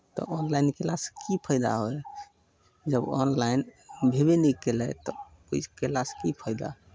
तऽ ऑनलाइन कयलासँ की फाइदा होइ हइ जब ऑनलाइन भेबे नहि कयलै तऽ ओहि कयलासँ की फाइदा